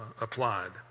applied